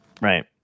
right